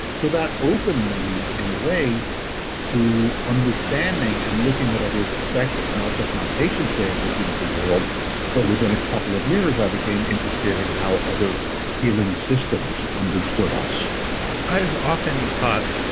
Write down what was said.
so, that opened me in a way to understanding and looking at other perspectives. not just my patient's way of looking at the world but within a couple of years i became interested in how other healing systems understood us i've often thought,